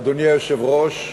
אדוני היושב-ראש,